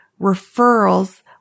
referrals